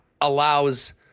allows